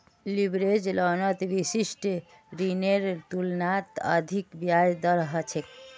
leverage लोनत विशिष्ट ऋनेर तुलनात अधिक ब्याज दर ह छेक